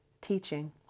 teaching